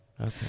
Okay